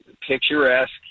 picturesque